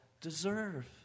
deserve